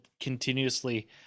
continuously